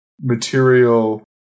material